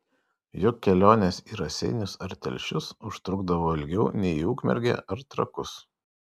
juk kelionės į raseinius ar telšius užtrukdavo ilgiau nei į ukmergę ar trakus